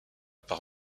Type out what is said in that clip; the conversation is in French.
par